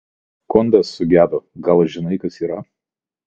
kondas sugedo gal žinai kas yra